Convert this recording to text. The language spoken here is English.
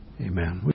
Amen